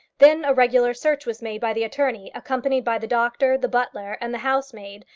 then a regular search was made by the attorney, accompanied by the doctor, the butler, and the housemaid,